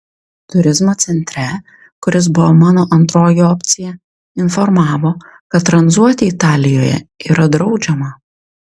turizmo centre kuris buvo mano antroji opcija informavo kad tranzuoti italijoje yra draudžiama